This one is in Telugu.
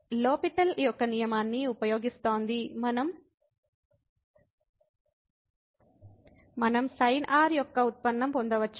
కాబట్టి ఇది లో పిటల్ యొక్క నియమాన్ని ఉపయోగిస్తోంది మనం పాపం r యొక్క ఉత్పన్నం పొందవచ్చు